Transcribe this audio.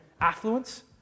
affluence